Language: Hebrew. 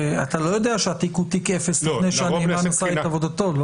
אתה לא יודע שהתיק הוא תיק אפס לפני שהנאמן עשה את עבודתו.